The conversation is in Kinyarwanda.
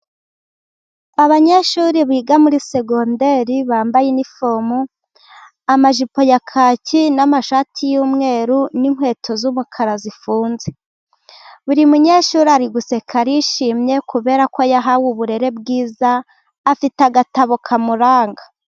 Abanyeshuri biga muri segonderi bambaye inifomu amajipo ya kaki n'amashati y'umweru n'inkweto z'umukara zifunze. Buri munyeshuri ari guseka arishimye kubera ko yahawe uburere bwiza afite agatabo kamuranga.